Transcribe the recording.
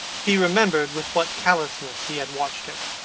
he remembered with what callousness he had watched her.